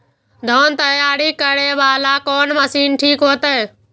धान तैयारी करे वाला कोन मशीन ठीक होते?